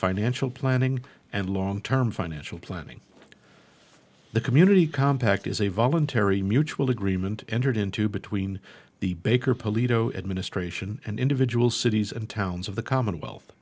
financial planning and long term financial planning the community compact is a voluntary mutual agreement entered into between the baker polito administration and individual cities and towns of the commonwealth